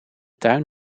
tuin